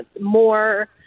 more